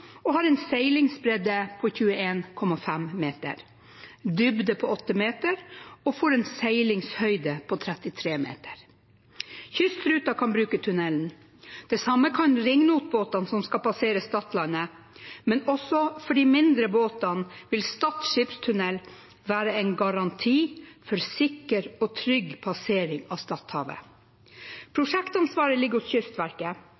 og har en seilingsbredde på 21,5 meter, dybde på 8 meter og en seilingshøyde på 33 meter. Kystruta kan bruke tunnelen. Det samme kan ringnotbåtene som skal passere Stadlandet, men også for de mindre båtene vil Stad skipstunnel være en garanti for sikker og trygg passering av Stadhavet. Prosjektansvaret ligger hos Kystverket.